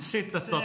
Sitten